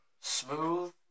smooth